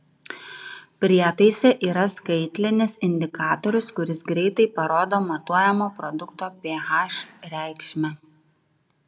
prietaise yra skaitlinis indikatorius kuris greitai parodo matuojamo produkto ph reikšmę